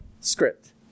script